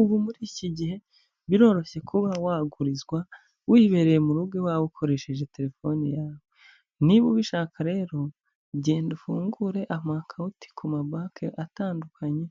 Ubu muri iki gihe biroroshye kuba wagurizwa wiyibereye mu rugo iwawe, ukoresheje telefone yawe niba ubishaka rero genda ufungure amakawuti ku mabanki atandukanye,